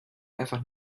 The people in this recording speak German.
einfach